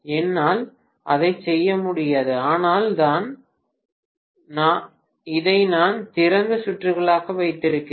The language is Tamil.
என்னால் அதைச் செய்ய முடியாது அதனால்தான் இதை நான் திறந்த சுற்றுகளாக வைத்திருக்கிறேன்